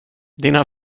dina